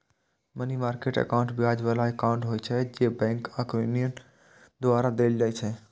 money market account ब्याज बला account होइ छै, जे बैंक आ क्रेडिट यूनियन द्वारा देल जाइ छै